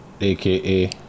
aka